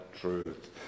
truth